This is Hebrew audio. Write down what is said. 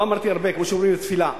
לא אמרתי הרבה, כמו שאומרים בתפילה.